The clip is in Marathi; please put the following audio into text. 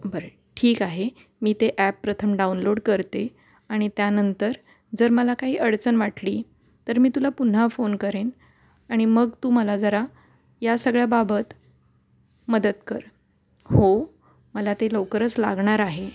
बरं ठीक आहे मी ते ॲप प्रथम डाउनलोड करते आणि त्यानंतर जर मला काही अडचण वाटली तर मी तुला पुन्हा फोन करेन आणि मग तू मला जरा या सगळ्याबाबत मदत कर हो मला ते लवकरच लागणार आहे